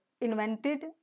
invented